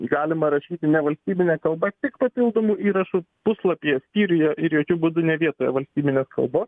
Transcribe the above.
galima rašyti nevalstybine kalba tik papildomų įrašų puslapyje skyriuje ir jokiu būdu ne vietoje valstybinės kalbos